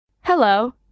Hello